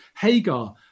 Hagar